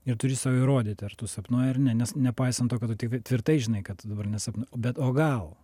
ir turi sau įrodyt ar tu sapnuoji ar ne nes nepaisant to kad tu tvirtai žinai kad tu dabar nesapn o bet o gal